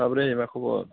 माब्रै मा खबर